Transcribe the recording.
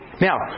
Now